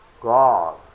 God